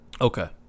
Okay